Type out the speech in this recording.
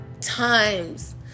times